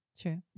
True